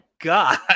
God